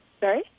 Sorry